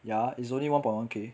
ya it's only one point one K